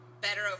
better